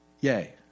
Yay